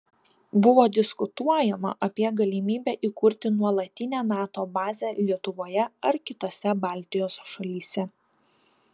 buvo diskutuojama apie galimybę įkurti nuolatinę nato bazę lietuvoje ar kitose baltijos šalyse